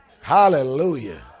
hallelujah